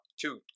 Two